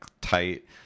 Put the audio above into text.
tight